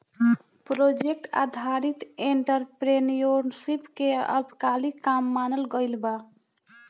project आधारित entrepreneurship के अल्पकालिक काम मानल गइल बा